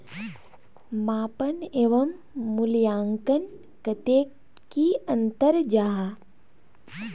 मापन एवं मूल्यांकन कतेक की अंतर जाहा?